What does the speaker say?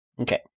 Okay